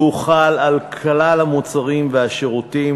והוא חל על כלל המוצרים והשירותים